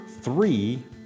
three